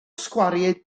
sgwariau